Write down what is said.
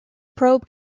probe